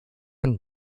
and